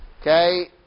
okay